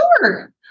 Sure